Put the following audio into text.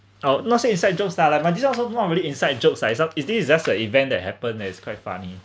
oh not say inside joke lah like my this one also not a really inside joke ah is u~ is this is the event that happened that is quite funny